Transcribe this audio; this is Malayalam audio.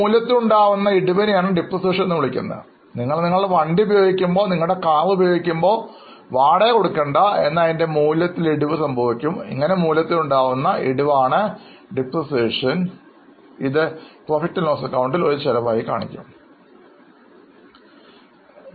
മൂല്യത്തിൽ ഉണ്ടാകുന്ന ഈ ഇടിവിനെ ആണ് ഡിപ്രീസിയേഷൻ എന്നു പറയുന്നത് ഇത് ബാലൻസ് ഷീറ്റിൽ ഒരു ചെലവായി കണക്കാക്കപ്പെടുന്നു